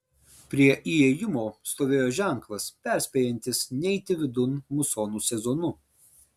prie įėjimo stovėjo ženklas perspėjantis neiti vidun musonų sezonu